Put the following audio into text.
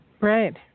right